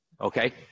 Okay